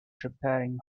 preparing